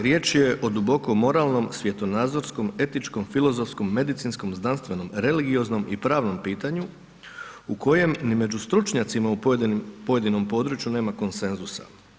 Riječ je o duboko moralnom, svjetonazorskom, etičkom, filozofskom, medicinskom, znanstvenom, religioznom i pravnom pitanju u kojem ni među stručnjacima u pojedinom području nema konsenzusa.